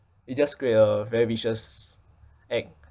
it just create a very vicious act